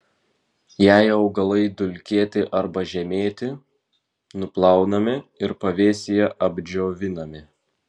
jei augalai dulkėti arba žemėti nuplaunami ir pavėsyje apdžiovinami